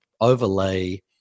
overlay